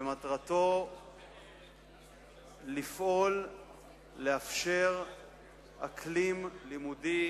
ומטרתו לפעול לאפשר אקלים לימודי